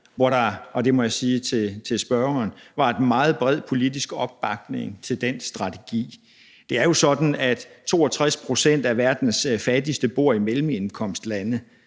som der – og det må jeg sige til spørgeren – var en meget bred politisk opbakning til. Det er jo sådan, at 62 pct. af verdens fattigste bor i mellemindkomstlande,